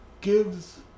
gives